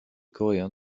coréen